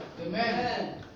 Amen